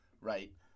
right